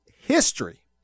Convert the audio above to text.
history